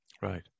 right